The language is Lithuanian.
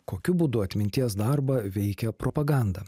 kokiu būdu atminties darbą veikia propaganda